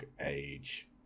age